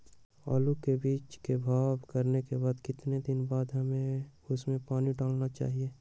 आलू के बीज के भाव करने के बाद कितने दिन बाद हमें उसने पानी डाला चाहिए?